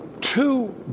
Two